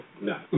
No